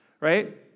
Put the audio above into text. right